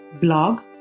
blog